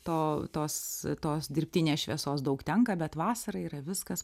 to tos tos dirbtinės šviesos daug tenka bet vasarą yra viskas